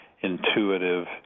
intuitive